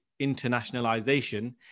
internationalization